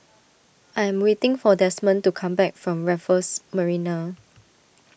I am waiting for Desmond to come back from Raffles Marina